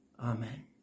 Amen